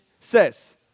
says